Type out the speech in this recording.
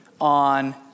on